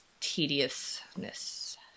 tediousness